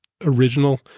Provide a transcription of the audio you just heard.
original